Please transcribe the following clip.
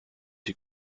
die